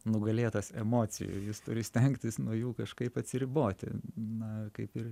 nugalėtas emocijų jis turi stengtis nuo jų kažkaip atsiriboti na kaip ir